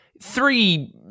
three